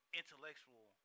intellectual